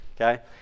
Okay